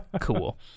cool